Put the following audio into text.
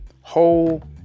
whole